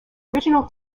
original